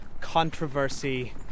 controversy